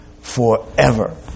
forever